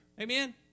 Amen